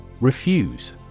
Refuse